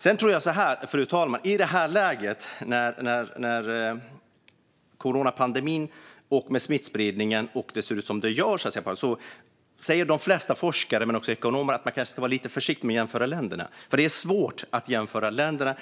Sedan säger de flesta forskare men också ekonomer, fru talman, att man i det här läget, när det ser ut som det gör med coronapandemin och smittspridningen, kanske ska vara lite försiktig med att jämföra länder. Det är svårt att jämföra länder